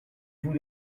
vous